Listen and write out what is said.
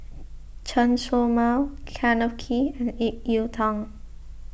Chen Show Mao Kenneth Kee and Ip Yiu Tung